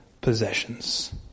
possessions